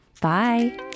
Bye